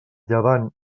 llevant